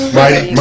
mighty